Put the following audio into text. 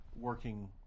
working